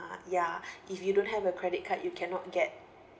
ya if you don't have a credit card you cannot get